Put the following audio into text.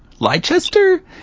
Leicester